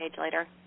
later